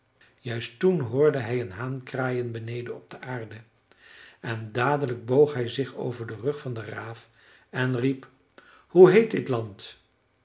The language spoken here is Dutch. juist toen hoorde hij een haan kraaien beneden op de aarde en dadelijk boog hij zich over den rug van den raaf en riep hoe heet dit land